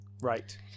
right